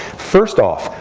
first off,